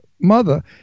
mother